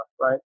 right